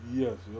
yes